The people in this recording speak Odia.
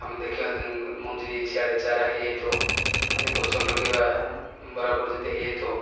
ଆମେ ଦେଖିବା ମଞ୍ଜି ସେଆଡ଼େ ଚାରା ହୋଇ ଯାଇଥିବ ମାନେ ଗଛ ଲଗାଇବା ବରାବର ଯଦି ହୋଇ ଯାଇଥିବ